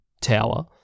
tower